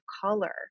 color